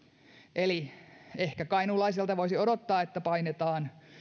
eli ehkä kainuulaiselta voisi odottaa että painetaan